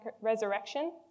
resurrection